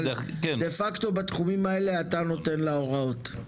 אבל דה פקטו בתחומים האלה אתה נותן לה הוראות.